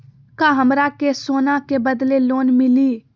का हमरा के सोना के बदले लोन मिलि?